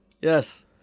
Yes